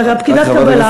אל פקידת הקבלה.